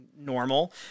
normal